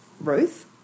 Ruth